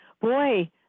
Boy